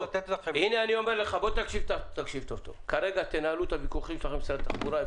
תנהלו את הוויכוחים שלכם עם משרד התחבורה.